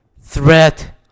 threat